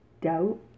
doubt